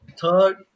third